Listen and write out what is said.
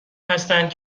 هستند